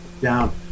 down